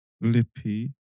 Lippy